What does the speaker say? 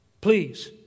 Please